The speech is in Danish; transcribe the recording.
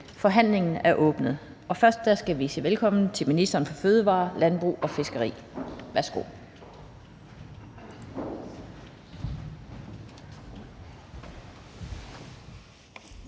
Forhandlingen er åbnet, og først skal vi sige velkommen til ministeren for fødevarer, landbrug og fiskeri. Værsgo.